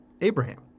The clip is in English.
Abraham